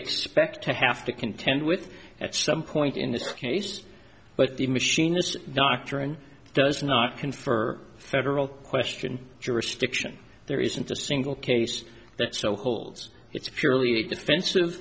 expect to have to contend with at some point in this case but the machinist doctrine does not confer federal question jurisdiction there isn't a single case that so holds it's a purely defensive